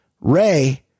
Ray